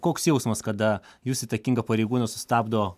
koks jausmas kada jus įtakingą pareigūną sustabdo